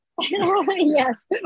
Yes